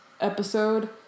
episode